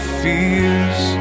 fears